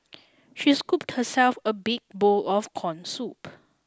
she scooped herself a big bowl of corn soup